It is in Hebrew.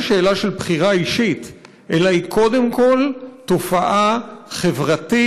שאלה של בחירה אישית אלא היא קודם כול תופעה חברתית,